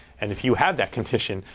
and if you have that condition,